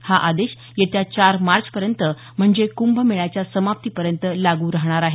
हा आदेश येत्या चारमार्च पर्यंत म्हणजे कुंभ मेळ्याच्या समाप्ती पर्यंत लागू रहाणार आहेत